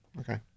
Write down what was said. Okay